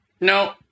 No